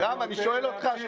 רק דבר אחד אני לא מבין,